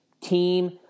team